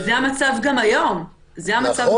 אבל זה המצב גם היום ממילא.